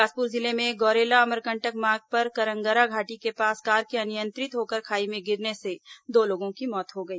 बिलासपुर जिले में गौरेला अमरकंटक मार्ग पर करंगरा घाटी के पास कार के अनियंत्रित होकर खाई में गिरने में दो लोगों की मौत हो गई